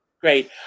Great